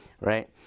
right